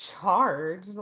charge